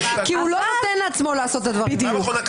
כי הוא לא נותן לעצמו לעשות את הדברים האלה.